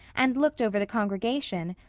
and looked over the congregation,